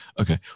okay